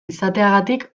izateagatik